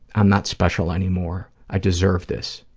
i'm not special anymore. i deserve this.